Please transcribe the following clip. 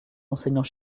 enseignants